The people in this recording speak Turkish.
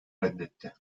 reddetti